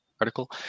article